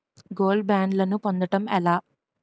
Gold బ్యాండ్లను పొందటం ఎలా?